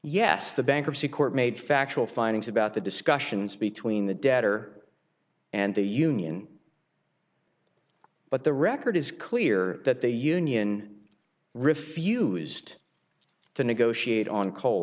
yes the bankruptcy court made factual findings about the discussions between the debtor and the union but the record is clear that the union refused to negotiate on coal